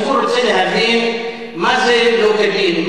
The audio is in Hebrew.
הציבור רוצה להבין מה זה לא כדין,